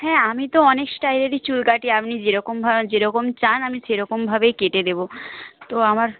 হ্যাঁ আমি তো অনেক স্টাইলেরই চুল কাটি আপনি যেরকম ধরনে যেরকম চান আমি সেরকম ভাবেই কেটে দেবো তো আমার